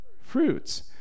fruits